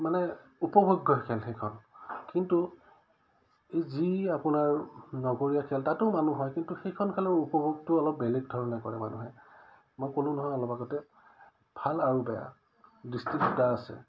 মানে উপভোগ্য খেল সেইখন কিন্তু এই যি আপোনাৰ নগৰীয়া খেল তাতো মানুহ হয় কিন্তু সেইখন খেলৰ উপভোগটো অলপ বেলেগ ধৰণে কৰে মানুহে মই ক'লো নহয় অলপ আগতে ভাল আৰু বেয়া দৃষ্টি দুটা আছে